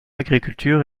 agriculture